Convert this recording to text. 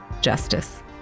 justice